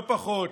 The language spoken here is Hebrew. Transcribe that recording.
לא פחות,